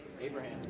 Abraham